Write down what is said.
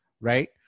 right